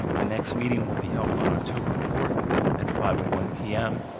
the next meeting will be held on october fourth at five one p m.